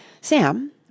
Sam